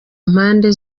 mpande